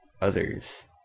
others